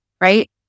right